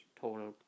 total